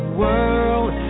world